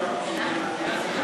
עכשיו?